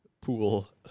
pool